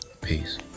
Peace